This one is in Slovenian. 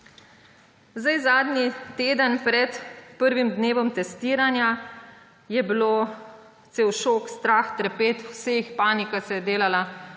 Zadnji teden pred prvim dnevom testiranja je bil cel šok, strah, trepet vseh, panika se je delala,